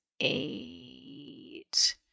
eight